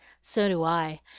so do i,